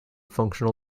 functional